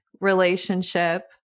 relationship